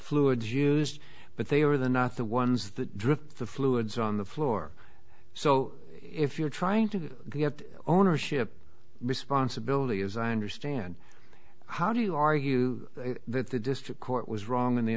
fluids used but they were the not the ones that drive the fluids on the floor so if you're trying to get ownership responsibility as i understand how do you argue that the district court was wrong in the